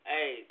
Hey